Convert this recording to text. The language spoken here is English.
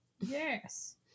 Yes